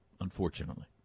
unfortunately